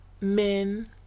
men